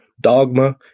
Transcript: dogma